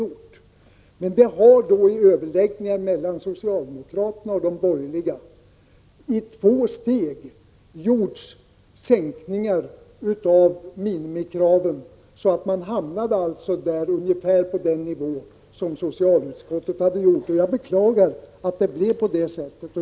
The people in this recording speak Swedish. Under överläggningar mellan socialdemokraterna och de borgerliga partierna gjordes sänkningar av minimikraven i två steg, så att man hamnade på ungefär samma nivå som socialutskottet har gjort. Jag beklagar att det blev på det sättet.